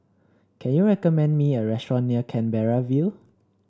can you recommend me a restaurant near Canberra View